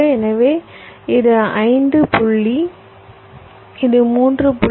எனவே இது 5 புள்ளி இது 3